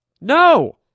No